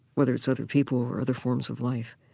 whether it's other people or other forms of life.